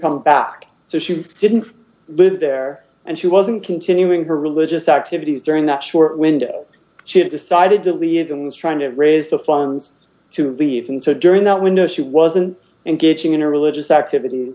come back so she didn't live there and she wasn't continuing her religious activities during that short window she had decided to leave and that's trying to raise the funds to leave and so during that window she wasn't engaging in her religious activities